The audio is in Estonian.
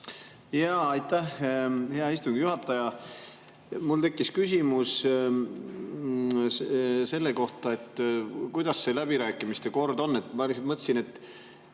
saa. Aitäh, hea istungi juhataja! Mul tekkis küsimus selle kohta, kuidas see läbirääkimiste kord on. Ma lihtsalt mõtlesin, et